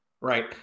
Right